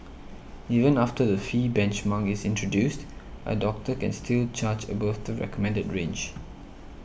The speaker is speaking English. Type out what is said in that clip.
even after the fee benchmark is introduced a doctor can still charge above the recommended range